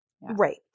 right